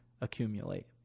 accumulate